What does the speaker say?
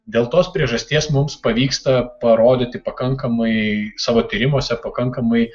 dėl tos priežasties mums pavyksta parodyti pakankamai savo tyrimuose pakankamai